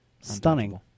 Stunning